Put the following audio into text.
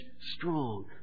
strong